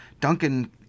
Duncan